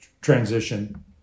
transition